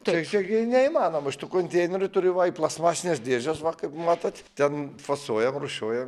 tai čiagi neįmanoma šitų konteinerių turiu va į plastmasines dėžes va kaip matot ten fasuojam rūšiuojam